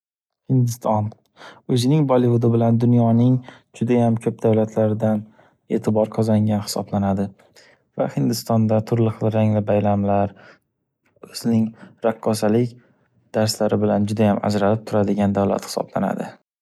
Hindiston, o’zining Bollivudi bilan dunyoning judayam ko’p davlatlaridan etibor qozongan hisoblanadi. Va Hindistonda turli xil rangli bayramlar, o’zining raqqosalik darslari bilan judayam ajralib turadigan davlat hisoblanadi.